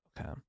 Okay